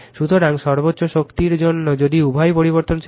সুতরাং সর্বোচ্চ শক্তির জন্য যদি উভয়ই পরিবর্তনশীল হয়